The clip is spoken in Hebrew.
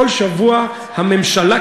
כל שבוע: הממשלה,